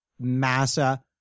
Massa